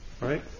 right